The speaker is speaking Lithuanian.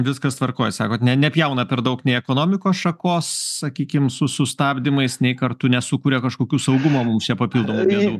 viskas tvarkoj sakote ne nepjauna per daug nei ekonomikos šakos sakykim su sustabdymais nei kartu nesukuria kažkokių saugumo mums papildomai bėdų